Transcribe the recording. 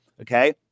Okay